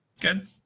Good